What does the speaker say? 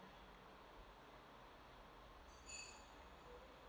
yes